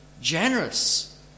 generous